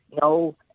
no